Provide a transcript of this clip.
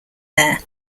there